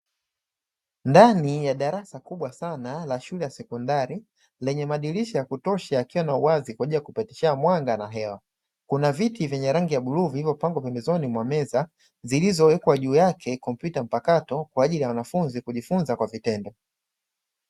Ndani ya darasa kubwa sana la shule ya sekondari, lenye madirisha ya kutosha yaliyo na uwazi kwa ajili ya kupitishia mwanga na hewa, kuna viti vya rangi ya bluu vilivyopangwa pembezoni mwa meza zilizowekwa juu yake kompyuta mpakato kwa ajili ya wanafunzi kujifunza kwa vitendo.